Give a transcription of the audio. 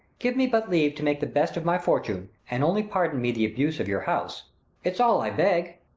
give me but leave to make the best of my fortune, and only pardon me the abuse of your house it's all i beg.